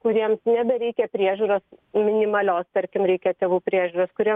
kuriems nebereikia priežiūros minimalios tarkim reikia tėvų priežiūros kurie